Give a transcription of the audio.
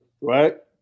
Right